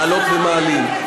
מעלות ומעלים.